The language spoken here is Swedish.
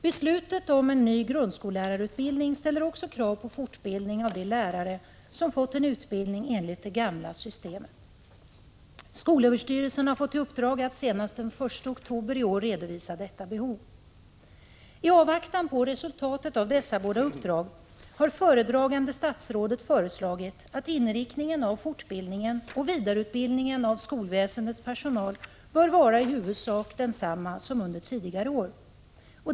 Beslutet om en ny grundskollärarutbildning ställer också krav på fortbildning av de lärare som fått en utbildning enligt det gamla systemet. Skolöverstyrelsen har fått i uppdrag att senast den 1 oktober i år redovisa detta behov. Tavvaktan på resultatet av dessa båda uppdrag har föredragande statsrådet föreslagit att inriktningen av fortbildningen och vidareutbildningen av skolväsendets personal i huvudsak bör vara densamma som under tidigare år.